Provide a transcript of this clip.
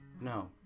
No